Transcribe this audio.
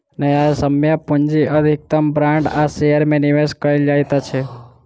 न्यायसम्य पूंजी अधिकतम बांड आ शेयर में निवेश कयल जाइत अछि